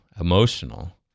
emotional